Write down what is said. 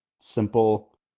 simple